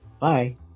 Bye